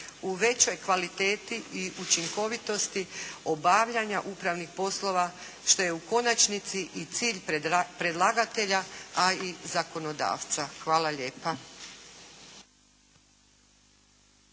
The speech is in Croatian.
u većoj kvaliteti i učinkovitosti obavljanja upravnih poslova, što je u konačnici i cilj predlagatelja, a i zakonodavca. Hvala lijepa.